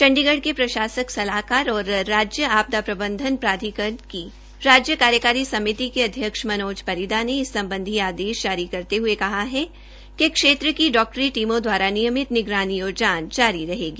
चंडीगढ़ के प्रशासक के सलाहकार और राज्य आपदा प्रबंधन प्राधिकरण की राज्य कार्यकारी समिति के अध्यक्ष मनोज परिदा ने इस सम्बधी आदेश जारी करते हये कहा है कि क्षेत्र की डॉक्टरी टीमों द्वारा नियमित निगरानी और जांच जारी रहेगी